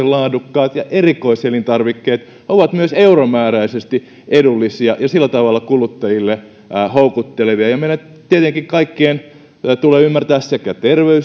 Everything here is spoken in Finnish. laadukkaat ja erikoiselintarvikkeet ovat myös euromääräisesti edullisia ja sillä tavalla kuluttajille houkuttelevia ja meidän kaikkien tulee ymmärtää sekä